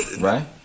Right